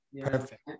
Perfect